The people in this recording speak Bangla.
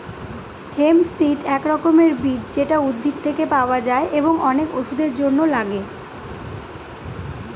হেম্প সিড এক রকমের বীজ যেটা উদ্ভিদ থেকে পাওয়া যায় এবং অনেক ওষুধের জন্য লাগে